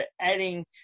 adding